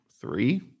three